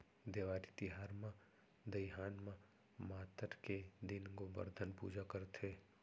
देवारी तिहार म दइहान म मातर के दिन गोबरधन पूजा करथे